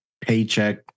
paycheck